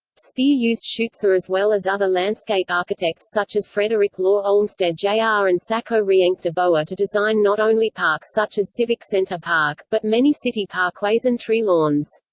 speer used schuetze ah as well as other landscape architects such as frederick law olmsted jr. ah and saco rienk deboer to design not only parks such as civic center park, but many city parkways and tree-lawns.